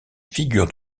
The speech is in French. figure